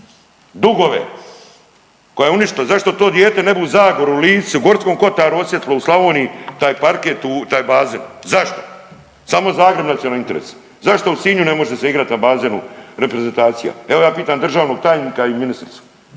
dugove, koja je uništila. Zašto to dijete ne bi u Zagori, u Lici, u Gorskom kotaru osjetilo u Slavoniji taj parket, taj bazen. Zašto? Samo Zagreb nacionalni interes. Zašto u Sinju ne može se igrati na bazenu reprezentacija. Evo ja pitam državnog tajnika i ministricu